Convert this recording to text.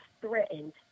threatened